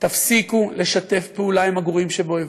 תפסיקו לשתף פעולה עם הגרועים שבאויבינו.